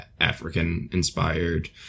African-inspired